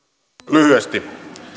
lyhyesti